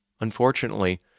Unfortunately